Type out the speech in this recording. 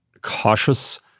cautious